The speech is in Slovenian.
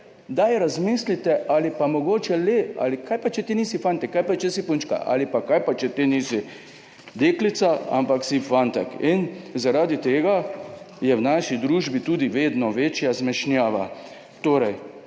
daj, razmislite, ali pa mogoče le to, kaj pa, če ti nisi fantek, kaj pa, če si punčka? Ali pa, kaj pa, če ti nisi deklica, ampak si fantek? In zaradi tega je v naši družbi tudi vedno večja zmešnjava.